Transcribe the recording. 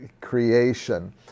creation